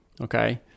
okay